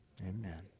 Amen